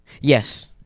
Yes